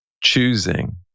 choosing